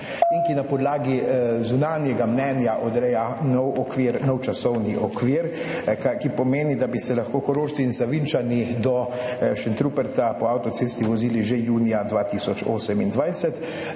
in ki na podlagi zunanjega mnenja odreja nov časovni okvir, ki pomeni, da bi se lahko Korošci in Savinjčani do Šentruperta po avtocesti vozili že junija 2028.